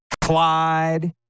Clyde